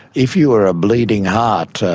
if you were a bleeding heart,